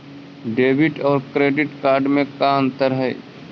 Debit और credit card में का अंतर है?